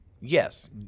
Yes